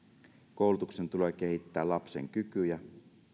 koulutuksen tulee kehittää lapsen kykyjä